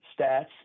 stats